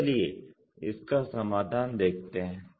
तो चलिए इसका समाधान देखते हैं